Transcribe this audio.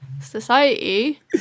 society